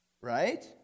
right